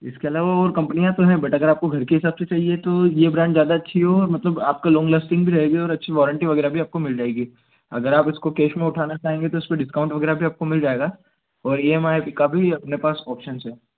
इसके अलवा ओर कंपनियाँ तो हैं बट अगर आपको घर के हिसाब से चाहिए तो ये ब्रांड ज़्यादा अच्छी है ओर मतलब आपकी लोंग लास्टिंग भी रहेगी और अच्छी वॉरंटी वगैरह भी आपको मिल जाएगी अगर आप इसको केश में उठाना चाहेंगे तो इसमें डिस्काउंट वगैरह भी आपको मिल जाएगा और ई एम आई का भी अपने पास ओप्शन्स हैं